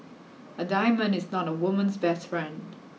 a diamond is not a woman's best friend